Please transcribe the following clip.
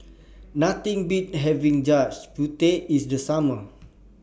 Nothing Beats having Gudeg Putih in The Summer